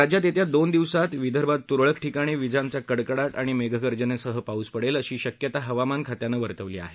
राज्यात येत्या दोन दिवसात विदर्भात तुरळक ठिकाणी विजांचा कडकडाट मेघगर्जनेसह पाऊस पडण्याची शक्यता हवामान खात्यानं वर्तवली आहे